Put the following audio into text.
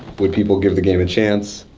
would people give the game a chance,